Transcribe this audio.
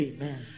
Amen